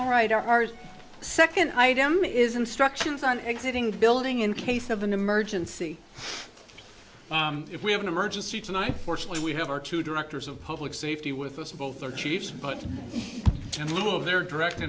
all right our second item is instructions on exiting the building in case of an emergency if we have an emergency tonight fortunately we have our two directors of public safety with us both for chiefs but little of their direct